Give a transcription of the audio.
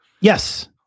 Yes